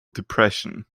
depression